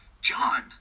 John